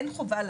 אין חובה.